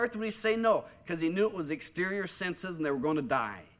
earth three say no because he knew it was exterior senses and they were going to die